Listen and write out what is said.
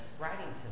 writing